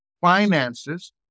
finances